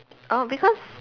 orh because